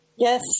Yes